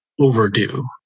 overdue